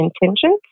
intentions